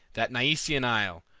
that nyseian isle,